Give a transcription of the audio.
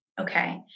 Okay